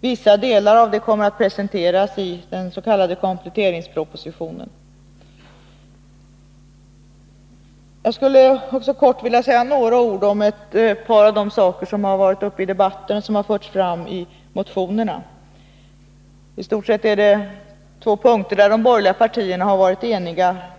Vissa delar av detta arbete kommer att presenteras i den s.k. kompletteringspropositionen. Jag skulle också kort vilja säga några ord om ett par av de saker som har varit uppe i debatten och som har förts fram i motionerna. I stort sett är det två punkter där de borgerliga partierna har varit eniga.